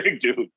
dude